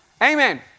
Amen